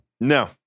no